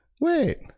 wait